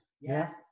Yes